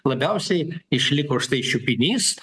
labiausiai išliko štai šiupinys